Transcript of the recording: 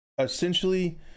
Essentially